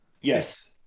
Yes